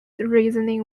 reasoning